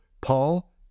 Paul